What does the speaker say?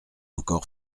encore